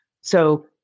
So-